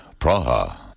Praha